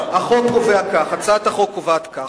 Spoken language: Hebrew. החוק קובע כך, הצעת החוק קובעת כך: